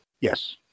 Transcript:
Yes